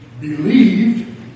believed